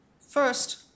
First